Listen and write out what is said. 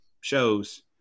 shows